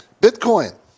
bitcoin